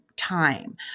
time